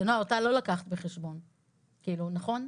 ונעה, אותה לא לקחת בחשבון, נכון?